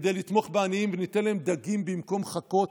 כדי לתמוך בעניים, וניתן להם דגים, במקום חכות?